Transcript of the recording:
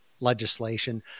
legislation